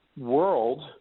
world